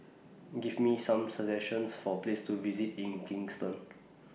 Give Me Some suggestions For Places to visit in Kingston